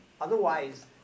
Otherwise